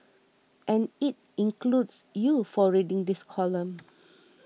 and it includes you for reading this column